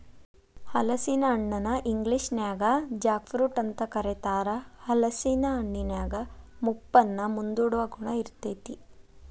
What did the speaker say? ಹಲಸಿನ ಹಣ್ಣನ ಇಂಗ್ಲೇಷನ್ಯಾಗ ಜಾಕ್ ಫ್ರೂಟ್ ಅಂತ ಕರೇತಾರ, ಹಲೇಸಿನ ಹಣ್ಣಿನ್ಯಾಗ ಮುಪ್ಪನ್ನ ಮುಂದೂಡುವ ಗುಣ ಇರ್ತೇತಿ